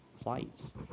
plights